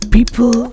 People